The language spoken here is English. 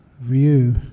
view